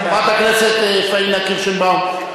חברת הכנסת פניה קירשנבאום,